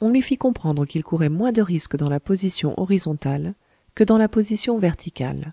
on lui fit comprendre qu'il courait moins de risques dans la position horizontale que dans la position verticale